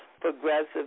progressive